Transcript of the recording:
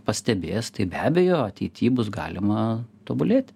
pastebės tai be abejo ateity bus galima tobulėti